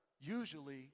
usually